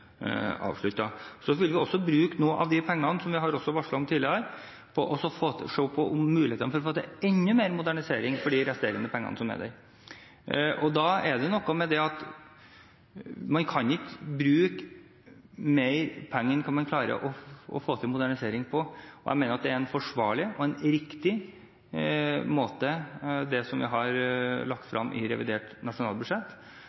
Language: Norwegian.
Så får vi også bruke noe av pengene vi har varslet om tidligere, til å se på mulighetene for å få til enda mer modernisering for de resterende pengene. Da kan man ikke bruke mer penger enn man klarer å få til modernisering av. Jeg mener at det vi har lagt frem i revidert nasjonalbudsjett, er gjort på en forsvarlig og riktig måte. For meg er det ikke et mål å beholde mest mulig penger på et område hvis man ikke har